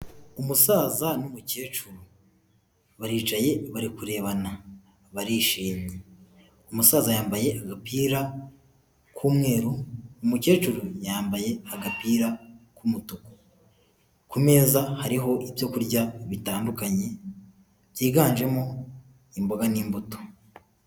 Umusaza n'umukecuru baricaye bari kurebana barishimye umusaza yambaye agapira k'umweru umukecuru yambaye agapira k'umutuku ku meza hariho ibyo kurya bitandukanye byiganjemo imboga n'imbuto.